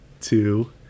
two